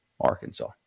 Arkansas